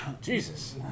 Jesus